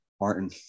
Martin